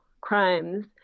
crimes